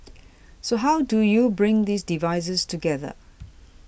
so how do you bring these devices together